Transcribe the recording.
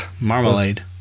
Marmalade